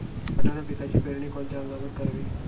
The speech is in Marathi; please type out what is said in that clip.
वाटाणा पिकाची पेरणी कोणत्या हंगामात करावी?